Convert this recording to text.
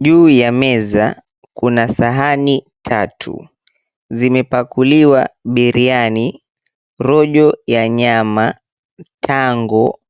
Juu ya meza kuna sahani tatu. Zimepakuliwa biriani, rojo ya nyama, tango,